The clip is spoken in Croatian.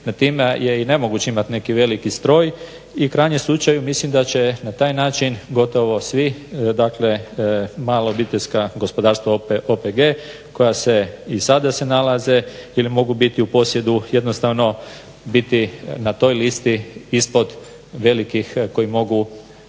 No time je i nemoguće imati neki veliki stroj i u krajnjem slučaju mislim da će na taj način gotovo svi, dakle mala obiteljska gospodarstva OPG koja se i sada se nalaze ili mogu biti u posjedu jednostavno biti na toj listi ispod velikih koji mogu